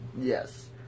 Yes